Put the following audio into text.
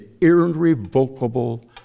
irrevocable